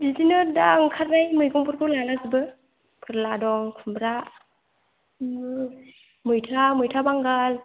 बिदिनो दा ओंखारनाय मैगंफोरखौ लालाजोबो फोरला दं खुमब्रा मै मैथा मैथा बांगाल